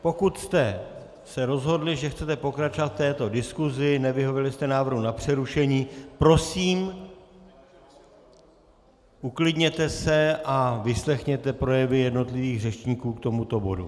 Pokud jste se rozhodli, že chcete pokračovat v této diskuzi, nevyhověli jste návrhu na přerušení, prosím, uklidněte se a vyslechněte projevy jednotlivých řečníků k tomuto bodu.